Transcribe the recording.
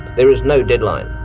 there is no deadline.